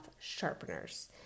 sharpeners